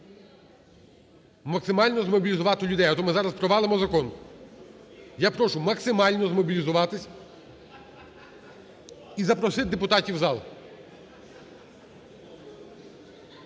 максимально змобілізувати людей, а то ми зараз провалимо закон. Я прошу максимально змобілізуватись і запросити депутатів у зал.